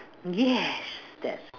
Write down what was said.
yes that's